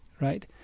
right